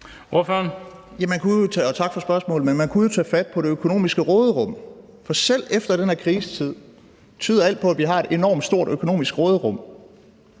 Tak for spørgsmålet. Man kunne jo tage fat på det økonomiske råderum, for selv efter den her krisetid tyder alt på, at vi har et enormt stort økonomisk råderum